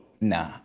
Nah